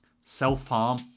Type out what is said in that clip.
self-harm